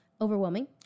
Overwhelming